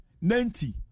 ninety